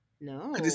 No